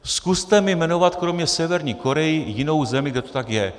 Zkuste mi jmenovat kromě Severní Korey jinou zemi, kde to tak je.